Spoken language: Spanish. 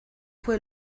fue